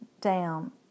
down